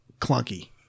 clunky